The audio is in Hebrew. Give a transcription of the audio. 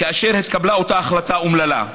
כאשר התקבלה אותה החלטה אומללה.